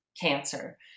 cancer